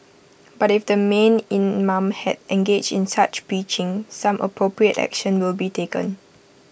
but if the mean imam had engaged in such preaching some appropriate action will be taken